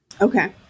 okay